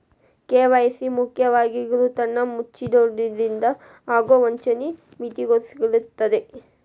KYC ಮುಖ್ಯವಾಗಿ ಗುರುತನ್ನ ಮುಚ್ಚಿಡೊದ್ರಿಂದ ಆಗೊ ವಂಚನಿ ಮಿತಿಗೊಳಿಸ್ತದ